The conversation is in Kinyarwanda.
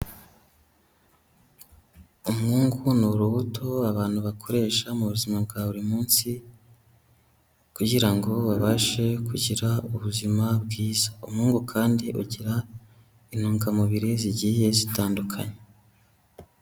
Umwungu, ni urubuto abantu bakoresha mu buzima bwa buri munsi, kugira ngo babashe kugira ubuzima bwiza, umwungu kandi ugira intungamubiri zigiye zitandukanye.